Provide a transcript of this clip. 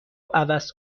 عوض